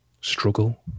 struggle